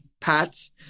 pats